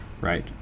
Right